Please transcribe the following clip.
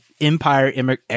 Empire